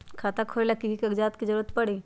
खाता खोले ला कि कि कागजात के जरूरत परी?